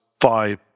five